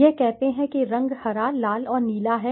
यह कहते हैं कि रंग हरा लाल और नीला है